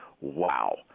wow